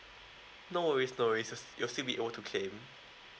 no worries no worries you're still be able to claim